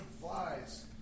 flies